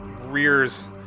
rears